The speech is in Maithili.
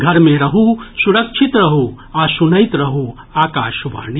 घर मे रहू सुरक्षित रहू आ सुनैत रहू आकाशवाणी